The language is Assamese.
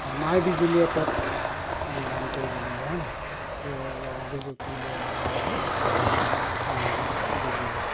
অঁ মাই বিজুলি এপত অনলাইন কৰিব লাগিব হয় নহয় সেই অভিযোগটো উলিয়াই ল'ব লাগিব অঁ বুজিলোঁ